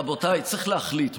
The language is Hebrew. רבותיי, צריך להחליט.